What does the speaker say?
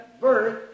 birth